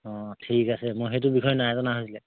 অঁ ঠিক আছে মই সেইটো বিষয়ে নাইজনা